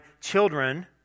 children